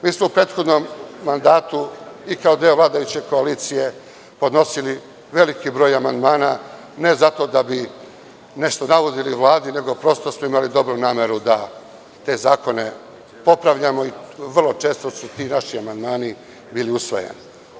Mi smo u prethodnom mandatu i kao deo vladajuće koalicije podnosili veliki broj amandmana, ne zato da bi nešto naudili Vladi, nego prosto smo imali dobru nameru da te zakone popravljamo i vrlo često su ti naši amandmani bili usvajani.